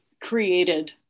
created